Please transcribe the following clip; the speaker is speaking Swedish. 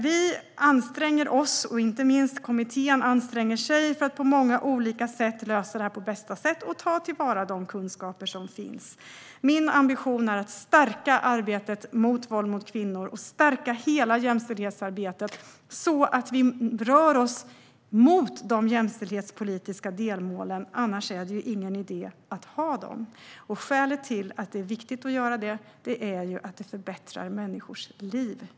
Vi anstränger oss, inte minst kommittén anstränger sig, för att på många olika sätt lösa frågan på bästa sätt och ta till vara de kunskaper som finns. Min ambition är att stärka arbetet mot våld mot kvinnor och stärka hela jämställdhetsarbetet så att vi rör oss mot de jämställdhetspolitiska delmålen. Annars är det ingen idé att ha dem. Skälet till att det är viktigt är att de förbättrar människors liv.